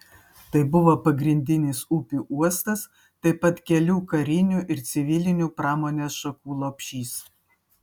tai buvo pagrindinis upių uostas taip pat kelių karinių ir civilinių pramonės šakų lopšys